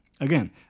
again